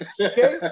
Okay